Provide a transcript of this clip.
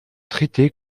traitée